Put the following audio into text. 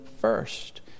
first